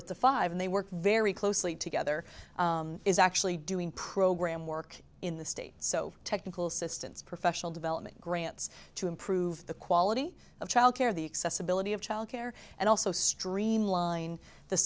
the five and they work very closely together is actually doing program work in the state so technical assistance professional development grants to improve the quality of childcare the accessibility of childcare and also streamline the